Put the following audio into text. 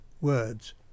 words